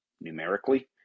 numerically